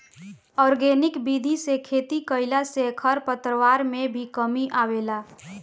organic विधि से खेती कईला से खरपतवार में भी कमी आवेला